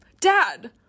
Dad